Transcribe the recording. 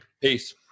peace